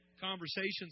conversations